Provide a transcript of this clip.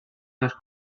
dos